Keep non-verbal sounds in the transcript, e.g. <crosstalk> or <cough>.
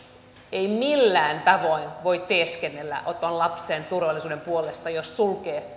ei millään tavoin voi teeskennellä että on lapsen turvallisuuden puolesta jos sulkee <unintelligible>